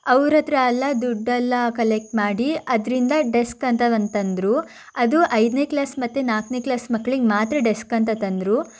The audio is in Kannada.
ಅವ್ರತ್ರೆಲ್ಲ ದುಡ್ಡೆಲ್ಲ ಕಲೆಕ್ಟ್ ಮಾಡಿ ಅದರಿಂದ ಡೆಸ್ಕ್ ಅಂತ ಒಂದು ತಂದರು ಅದು ಐದನೇ ಕ್ಲಾಸ್ ಮತ್ತು ನಾಲ್ಕನೇ ಕ್ಲಾಸ್ ಮಕ್ಕಳಿಗೆ ಮಾತ್ರ ಡೆಸ್ಕ್ ಅಂತ ತಂದರು